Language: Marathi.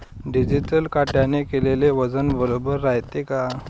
डिजिटल काट्याने केलेल वजन बरोबर रायते का?